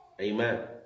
amen